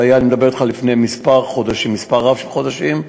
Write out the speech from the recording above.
זה היה לפני מספר רב של חודשים,